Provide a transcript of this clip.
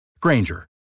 Granger